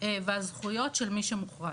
והזכויות של מי שמוכרז.